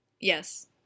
yes